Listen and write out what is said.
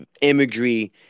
imagery